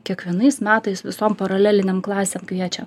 kiekvienais metais visom paralelinėm klasėm kviečia